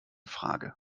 frage